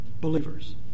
believers